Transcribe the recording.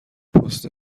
پست